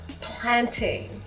planting